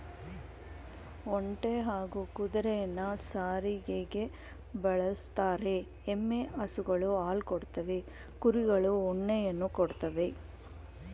ಒಂಟೆ ಹಾಗೂ ಕುದುರೆನ ಸಾರಿಗೆಗೆ ಬಳುಸ್ತರೆ, ಎಮ್ಮೆ ಹಸುಗಳು ಹಾಲ್ ಕೊಡ್ತವೆ ಕುರಿಗಳು ಉಣ್ಣೆಯನ್ನ ಕೊಡ್ತವೇ